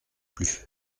plus